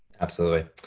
absolutely.